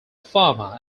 farmer